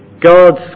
God's